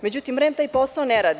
Međutim, REM taj posao ne radi.